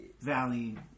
valley